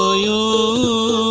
ah you